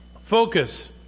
focus